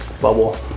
bubble